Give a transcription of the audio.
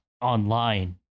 online